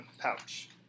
pouch